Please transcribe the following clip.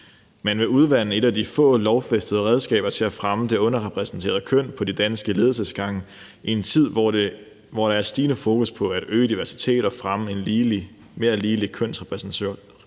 Man vil udvande et af de få lovfæstede redskaber til at fremme det underrepræsenterede køn på de danske ledelsesgange i en tid, hvor der er stigende fokus på at øge diversiteten og fremme en mere ligelig kønsrepræsentation